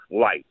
life